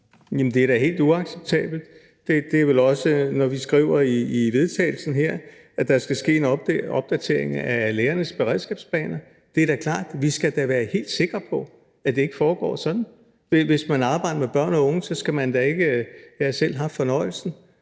det er da helt uacceptabelt. Vi skriver også i forslaget til vedtagelse her, at der skal ske en opdatering af lærernes beredskabsplaner. Det er da klart, at vi skal være helt sikre på, at det ikke foregår sådan. Hvis man arbejder med børn og unge – det har jeg selv haft fornøjelsen